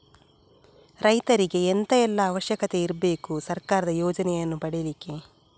ರೈತರಿಗೆ ಎಂತ ಎಲ್ಲಾ ಅವಶ್ಯಕತೆ ಇರ್ಬೇಕು ಸರ್ಕಾರದ ಯೋಜನೆಯನ್ನು ಪಡೆಲಿಕ್ಕೆ?